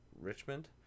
Richmond